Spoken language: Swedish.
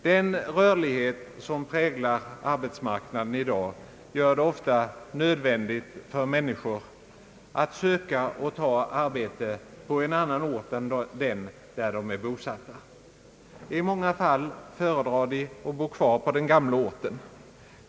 Den rörlighet som präglar arbetsmarknaden i dag gör det ofta nödvändigt för människor att söka och ta arbete på annan ort än den där de är bosatta. I många fall föredrar de att bo kvar på den gamla orten.